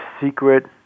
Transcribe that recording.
secret